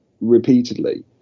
repeatedly